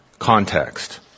context